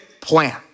plan